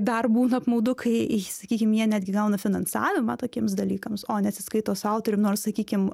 dar būna apmaudu kai sakykim jie netgi gauna finansavimą tokiems dalykams o nesiskaito su autorium nors sakykim